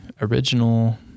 original